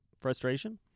frustration